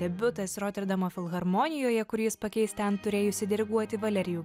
debiutas roterdamo filharmonijoje kur jis pakeis ten turėjusį diriguoti valerijų